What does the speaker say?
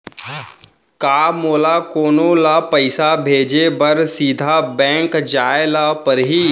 का मोला कोनो ल पइसा भेजे बर सीधा बैंक जाय ला परही?